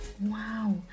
Wow